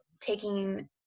taking